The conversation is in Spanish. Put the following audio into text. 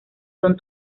son